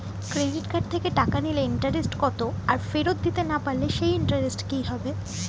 Credit card থেকে টাকা নিলে ইন্টারেস্ট কত আর ফেরত দিতে না পারলে সেই ইন্টারেস্ট কি হবে?